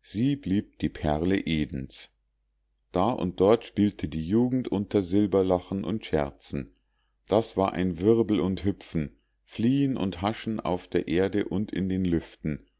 sie blieb die perle edens da und dort spielte die jugend unter silberlachen und scherzen das war ein wirbeln und hüpfen fliehen und haschen auf der erde und in den lüften